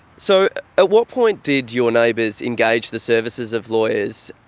so at what point did your neighbours engage the services of lawyers,